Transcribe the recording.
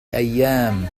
أيام